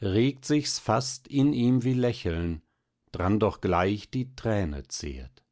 regt sich's fast in ihm wie lächeln dran doch gleich die träne zehrt